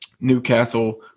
Newcastle